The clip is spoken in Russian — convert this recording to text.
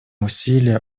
усилия